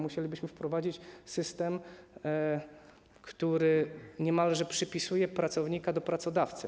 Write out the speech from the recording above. Musielibyśmy wprowadzić system, który niemalże przypisuje pracownika do pracodawcy.